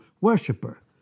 worshiper